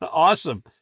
Awesome